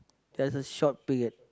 just a short period